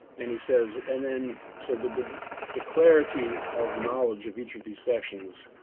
and he says and then so the the clarity of knowledge of each of these sections,